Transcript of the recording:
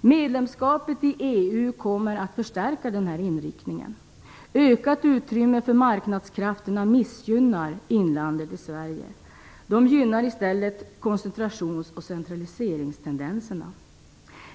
Medlemskapet i EU kommer att förstärka denna inriktning. Ökat utrymme för marknadskrafterna missgynnar inlandet i Sverige. Det gynnar i stället koncentrations och centraliseringstendenserna.